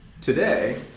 today